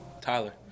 Tyler